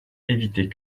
évitait